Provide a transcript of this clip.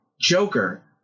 Joker